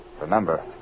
Remember